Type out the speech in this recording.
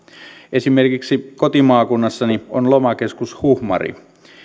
esimerkiksi kotimaakunnassani on lomakeskus huhmari